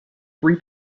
three